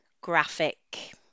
graphic